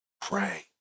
Pray